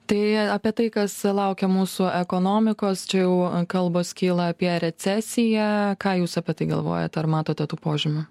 tai apie tai kas laukia mūsų ekonomikos čia jau kalbos kyla apie recesiją ką jūs apie tai galvojat ar matote tų požymių